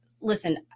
Listen